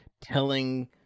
telling